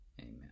amen